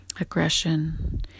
aggression